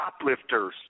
shoplifters